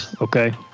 okay